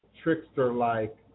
trickster-like